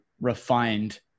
refined